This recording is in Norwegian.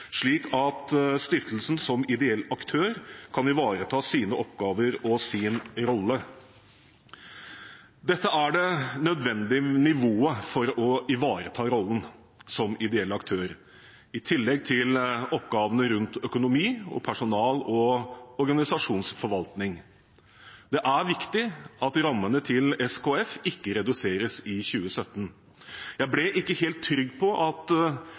slik at stiftelsen som ideell aktør kan ivareta sine oppgaver og sin rolle. Dette er det nødvendige nivået for å ivareta rollen som ideell aktør, i tillegg til oppgavene rundt økonomi og personal- og organisasjonsforvaltning. Det er viktig at rammene til SKF ikke reduseres i 2017. Jeg er ikke helt trygg på at